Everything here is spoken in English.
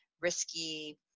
risky